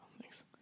Thanks